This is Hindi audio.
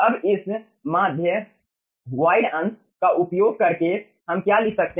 अब इस माध्य वॉइड अंश का उपयोग करके हम क्या लिख सकते हैं